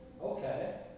okay